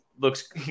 looks